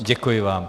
Děkuji vám.